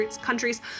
countries